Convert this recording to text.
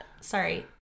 Sorry